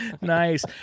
Nice